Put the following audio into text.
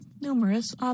numerous